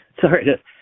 sorry